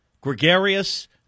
gregarious